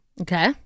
Okay